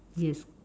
yes